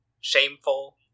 shameful